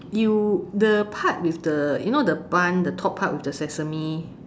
you the part with the you know the bun the top part with the sesame